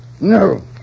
No